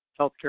healthcare